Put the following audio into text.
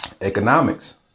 Economics